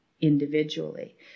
individually